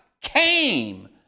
came